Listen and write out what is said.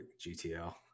GTL